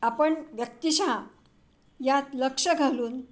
आपण व्यक्तिशः यात लक्ष घालून